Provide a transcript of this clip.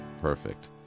perfect